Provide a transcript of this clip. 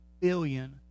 billion